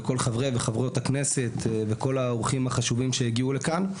ולכל חברי וחברות הכנסת ולכל האורחים החשובים שהגיעו לכאן.